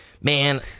Man